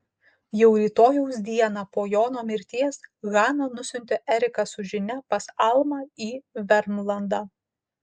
jau rytojaus dieną po jono mirties hana nusiuntė eriką su žinia pas almą į vermlandą